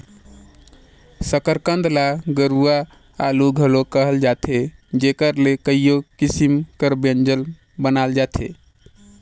सकरकंद ल गुरूवां आलू घलो कहल जाथे जेकर ले कइयो किसिम कर ब्यंजन बनाल जाथे